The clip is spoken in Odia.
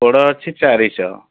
ପୋଡ଼ ଅଛି ଚାରିଶହ